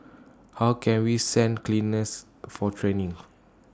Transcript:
how can we send cleaners for training